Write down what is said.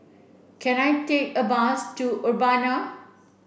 can I take a bus to Urbana